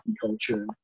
culture